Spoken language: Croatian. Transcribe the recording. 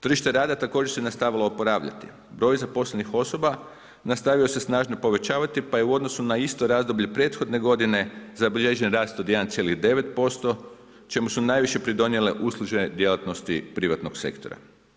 Tržište rada također se nastavilo oporavljati, broj zaposlenih osoba nastavio se snažno povećavati pa je u odnosu na isto razdoblje prethodne godine, zabilježen rast od 1,9% čemu su najviše pridonijele uslužne djelatnosti privatnog sektora.